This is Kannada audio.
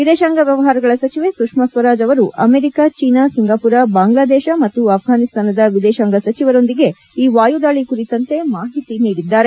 ವಿದೇಶಾಂಗ ವ್ಯವಹಾರಗಳ ಸಚಿವೆ ಸುಷ್ನಾ ಸ್ತರಾಜ್ ಅವರು ಅಮೆರಿಕ ಚೀನಾ ಸಿಂಗಾಮರ ಬಾಂಗ್ಲಾ ದೇಶ ಮತ್ತು ಆಫ್ರಾನಿಸ್ತಾನದ ವಿದೇಶಾಂಗ ಸಚಿವರೊಂದಿಗೆ ಈ ವಾಯುದಾಳಿ ಕುರಿತಂತೆ ಮಾಹಿತಿ ನೀಡಿದ್ದಾರೆ